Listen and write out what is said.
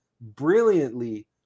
brilliantly